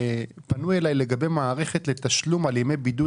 פנו אליי לגבי מערכת לתשלום על ימי בידוד